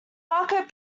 market